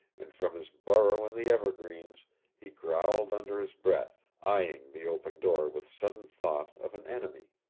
and from his burrow in the evergreens he growled under his breath, eyeing the open door with sudden thought of an enemy.